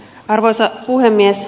arvoisa puhemies